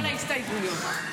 אני מושכת את כל ההסתייגויות.